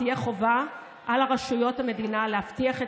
תהיה חובה על רשויות המדינה להבטיח את